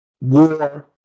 War